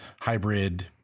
hybrid